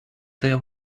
there